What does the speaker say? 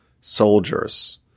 soldiers